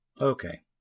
Okay